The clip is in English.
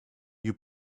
you